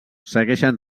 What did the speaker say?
segueixen